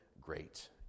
great